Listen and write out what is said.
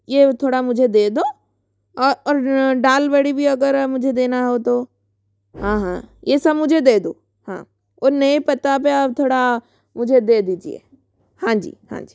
ये थोड़ा मुझे दे दो और दाल बड़ी वी अगर मुझे देना हो तो हाँ हाँ ये सब मुझे दे दो हाँ वो नए पता पे आप थोड़ा मुझे दे दीजिए हाँजी हाँजी